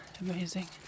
amazing